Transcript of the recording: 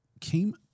came